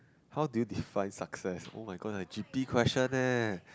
how do you define success oh-my-god like G_P question eh